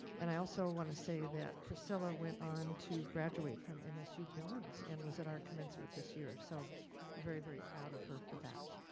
and i also wanna say that priscilla went on to graduate from msu billings and was at our commencement this year, so very very proud of her for that.